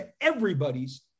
everybody's